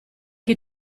che